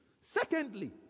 Secondly